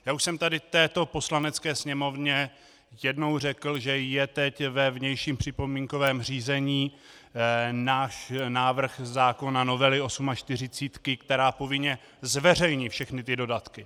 Já už jsem tady v této Poslanecké sněmovně jednou řekl, že je teď ve vnějším připomínkovém řízení náš návrh zákona novely osmačtyřicítky, která povinně zveřejní všechny dodatky.